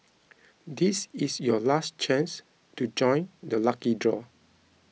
this is your last chance to join the lucky draw